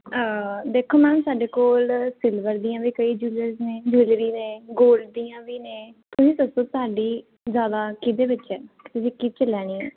ਦੇਖੋ ਮੈਮ ਸਾਡੇ ਕੋਲ ਸਿਲਵਰ ਦੀਆਂ ਵੀ ਕਈ ਜੂਲਰਸ ਨੇ ਜੂਲਰੀ ਨੇ ਗੋਲਡ ਦੀਆਂ ਵੀ ਨੇ ਤੁਸੀਂ ਦੱਸੋ ਤੁਹਾਡੀ ਜ਼ਿਆਦਾ ਕਿਹਦੇ ਵਿੱਚ ਹੈ ਤੁਸੀਂ ਕਿਹਦੇ 'ਚ ਲੈਣੀ ਆ